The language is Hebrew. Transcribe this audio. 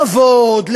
לעבוד,